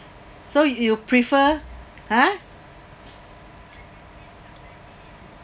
so you prefer !huh!